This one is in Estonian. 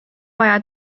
vaja